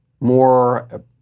more